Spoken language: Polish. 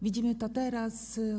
Widzimy to teraz.